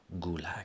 gulag